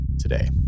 today